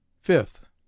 fifth